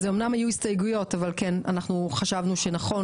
אז אמנם היו הסתייגויות אבל כן אנחנו חשבנו שנכון